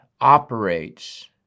operates